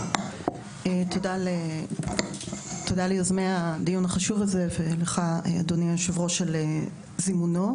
תודה ליוזמי הדיון החשוב הזה ולך אדוני היושב ראש על זימונו.